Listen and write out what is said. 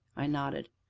i nodded.